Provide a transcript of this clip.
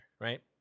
right